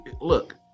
look